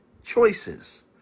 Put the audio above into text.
choices